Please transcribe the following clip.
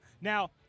Now